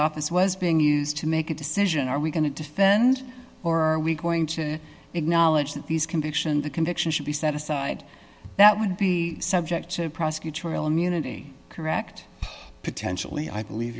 office was being used to make a decision are we going to defend or are we going to acknowledge that these convictions the conviction should be set aside that would be subject to prosecutorial immunity correct potentially i believe